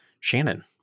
Shannon